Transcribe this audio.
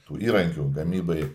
tų įrankių gamybai